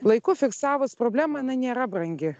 laiku fiksavus problemą jinai nėra brangi